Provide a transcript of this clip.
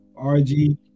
RG